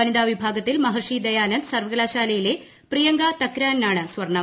വനിതാ വിഭാഗത്തിൽ മഹർഷി ദയാനന്ദ് സർവകലാശാലയിലെ പ്രിയങ്ക തക്രനാണ് സ്വർണം